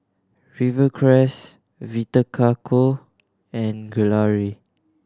Rivercrest Vita Coco and Gelare